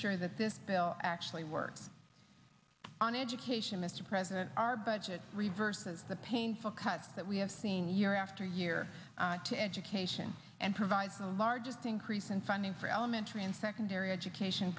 sure that this bill actually works on education mr president our budget reverses the painful cuts that we have seen year after year to education and provides the largest increase in funding for elementary and secondary education